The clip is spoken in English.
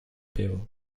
bill